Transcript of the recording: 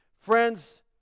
Friends